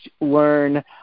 learn